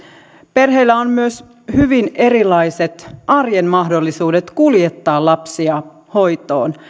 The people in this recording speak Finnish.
perheillä on myös hyvin erilaiset arjen mahdollisuudet kuljettaa lapsia hoitoon